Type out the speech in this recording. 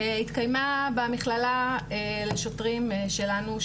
התקיימה במכללה לשוטרים שלנו,